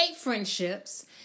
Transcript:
friendships